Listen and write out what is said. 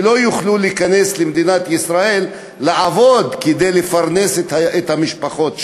שלא יוכלו להיכנס למדינת ישראל לעבוד כדי לפרנס את המשפחות שלהם.